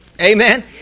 Amen